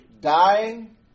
dying